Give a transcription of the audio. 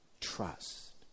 trust